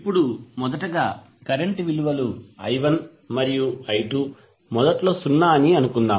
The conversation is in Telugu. ఇప్పుడు మొదటగా కరెంట్ విలువలు i1 మరియు i2 మొదట్లో సున్నా అని అనుకుందాం